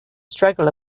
struggle